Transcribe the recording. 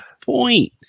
point